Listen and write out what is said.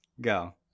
go